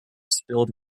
spilled